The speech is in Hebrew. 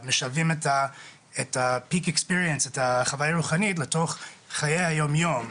משלבים את החוויה הרוחנית לתוך חיי היומיום.